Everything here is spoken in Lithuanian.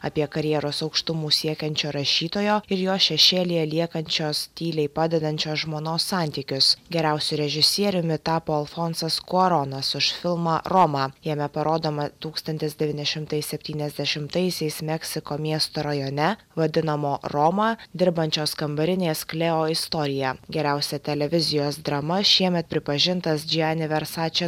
apie karjeros aukštumų siekiančio rašytojo ir jo šešėlyje liekančios tyliai padedančios žmonos santykius geriausiu režisieriumi tapo alfonsas kuaronas už filmą roma jame parodoma tūkstantis devyni šimtai septyniasdešimtaisiais meksiko miesto rajone vadinamo roma dirbančios kambarinės kleo istorija geriausia televizijos drama šiemet pripažintas džiani versače